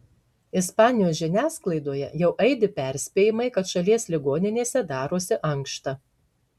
ispanijos žiniasklaidoje jau aidi perspėjimai kad šalies ligoninėse darosi ankšta